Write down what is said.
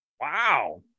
Wow